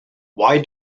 why